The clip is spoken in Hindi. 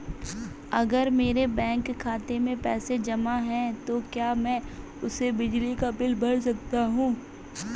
अगर मेरे बैंक खाते में पैसे जमा है तो क्या मैं उसे बिजली का बिल भर सकता हूं?